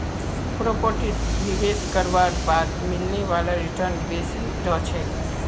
प्रॉपर्टीत निवेश करवार बाद मिलने वाला रीटर्न बेसी रह छेक